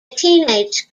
teenage